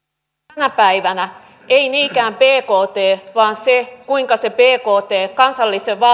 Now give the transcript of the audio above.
tänä päivänä ei niinkään bkt vaan se kuinka se bkt